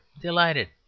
delighted